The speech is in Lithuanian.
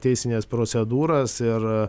teisines procedūras ir